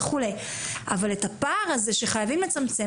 אבל עדיין --- סיון,